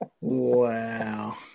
Wow